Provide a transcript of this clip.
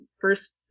first